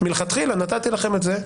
מלכתחילה נתתי לכם את זה,